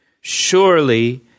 surely